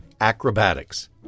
acrobatics